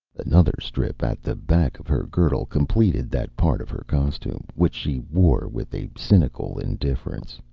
another strip at the back of her girdle completed that part of her costume, which she wore with a cynical indifference.